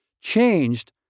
changed